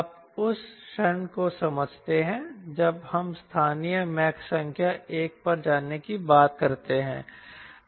आप उस क्षण को समझते हैं जब हम स्थानीय मैक संख्या 1 पर जाने की बात करते हैं